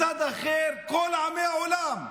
תחזיר אותי אחורה.